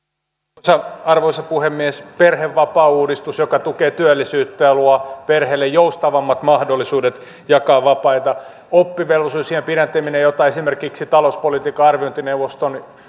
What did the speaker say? arvoisa arvoisa puhemies perhevapaauudistus joka tukee työllisyyttä ja luo perheille joustavammat mahdollisuudet jakaa vapaita oppivelvollisuusiän pidentäminen jota esimerkiksi talouspolitiikan arviointineuvoston